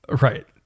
Right